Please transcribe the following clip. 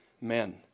men